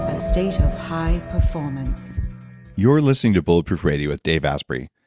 ah state of high performance you're listening to bullet proof radio with dave asprey.